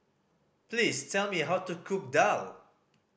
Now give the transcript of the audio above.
please tell me how to cook daal